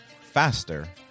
faster